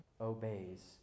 obeys